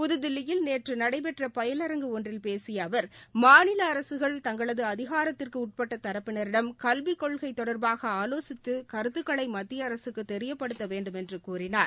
புதுதில்லியில் நேற்றுநடைபெற்றபயிலரங்கு ஒன்றில் பேசியஅவர் மாநிலஅரசுகள் தங்களதுஅதிகாரத்துக்குஉட்பட்டதரப்பினரிடம் கல்விக் கொள்கைதொடர்பாக ஆலோசித்துகருத்துக்களை மத்திய அரசுக்குதெரியப்படுத்தவேண்டு மென்றுகூறினார்